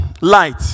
light